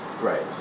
right